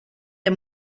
der